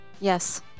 Yes